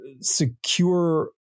secure